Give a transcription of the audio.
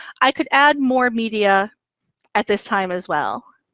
i could add more media at this time as well.